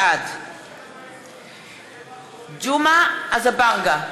בעד ג'מעה אזברגה,